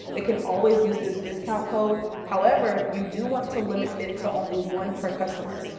they can always use this discount code. however, you do want to limit it to only one per customer.